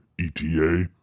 ETA